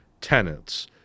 tenants